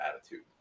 attitude